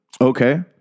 Okay